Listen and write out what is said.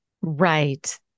Right